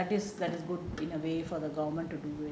that is that is good in a way for the government to do it